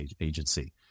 agency